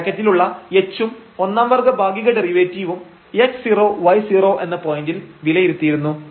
ഈ ബ്രാക്കറ്റിലുള്ള h ഉം ഒന്നാം വർഗ്ഗ ഭാഗിക ഡെറിവേറ്റീവും x0y0 എന്ന പോയന്റിൽ വിലയിരുത്തിയിരുന്നു